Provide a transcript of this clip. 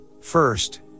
first